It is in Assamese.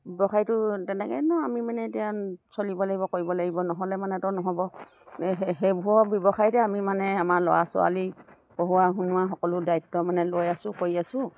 ব্যৱসায়টো তেনেকে নো আমি মানে এতিয়া চলিব লাগিব কৰিব লাগিব নহ'লে মানেতো নহ'ব সেইবোৰৰ ব্যৱসায়তে আমি মানে আমাৰ ল'ৰা ছোৱালী পঢ়ুৱা শুনোৱা সকলো দায়িত্ব মানে লৈ আছোঁ কৰি আছোঁ